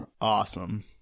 Awesome